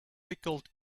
pickled